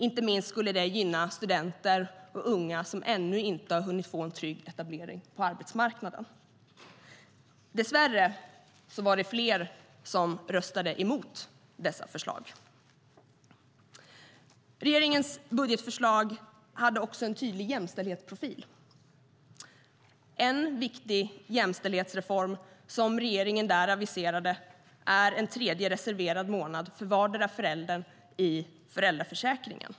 Inte minst skulle detta gynna studenter och unga som ännu inte hunnit få en trygg etablering på arbetsmarknaden. Regeringens budgetförslag hade också en tydlig jämställdhetsprofil. En viktig jämställdhetsreform som regeringen där aviserade var en tredje reserverad månad för vardera föräldern i föräldraförsäkringen.